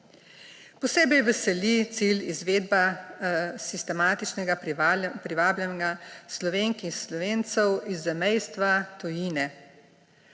Posebej veseli cilj izvedba sistematičnega privabljanja Slovenk in Slovencev iz zamejstva, tujine.